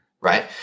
right